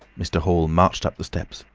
mr. hall marched up the steps,